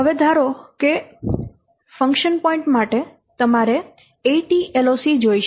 હવે ધારો કે ફંક્શન પોઇન્ટ માટે તમારે 80 LOC જોઈશે